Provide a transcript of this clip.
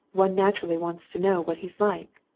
one naturally wants to know what he's like.